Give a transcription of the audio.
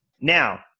Now